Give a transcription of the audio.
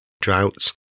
Droughts